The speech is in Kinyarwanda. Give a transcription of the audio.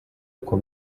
uko